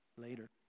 later